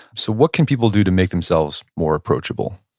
so, what can people do to make themselves more approachable?